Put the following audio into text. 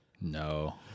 No